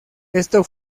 esto